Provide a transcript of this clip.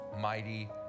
mighty